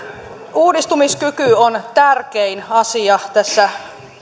uudistumiskyky on tärkein asia tässä